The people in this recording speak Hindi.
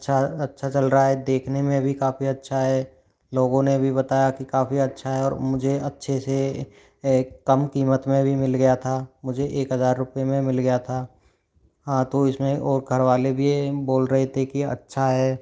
अच्छा अच्छा चल रहा है देखने में भी काफ़ी अच्छा है लोगों ने भी बताया कि काफ़ी अच्छा है और मुझे अच्छे से कम कीमत में भी मिल गया था मुझे एक हजार रुपए में मिल गया था हाँ तो इसमें और घर वाले भी बोल रहे थे कि अच्छा है